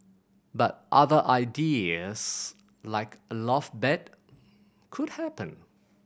but other ideas like a loft bed could happen